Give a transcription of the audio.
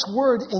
word